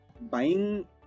buying